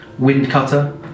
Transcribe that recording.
Windcutter